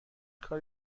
کار